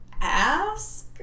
ask